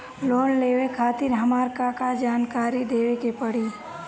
Loan लेवे खातिर हमार का का जानकारी देवे के पड़ी?